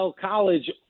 college